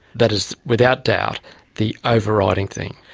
that is without doubt the overriding thing.